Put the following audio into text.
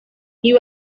you